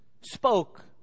spoke